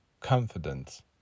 confidence